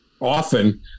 often